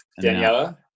Daniela